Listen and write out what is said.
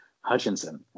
Hutchinson